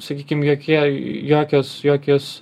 sakykim jokie jokios jokios